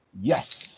Yes